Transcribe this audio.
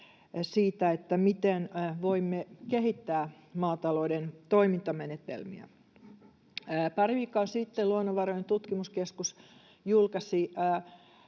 siitä, miten voimme kehittää maatalouden toimintamenetelmiä. Pari viikkoa sitten Luonnonvarakeskus julkaisi